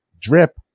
Drip